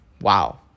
wow